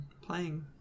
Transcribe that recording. playing